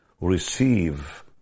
receive